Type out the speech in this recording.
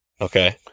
Okay